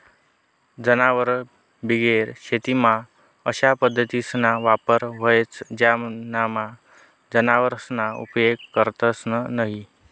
जनावरबिगेर शेतीमा अशा पद्धतीसना वापर व्हस ज्यानामा जनावरसना उपेग करतंस न्हयी